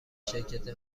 شرکت